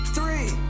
Three